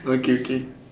okay okay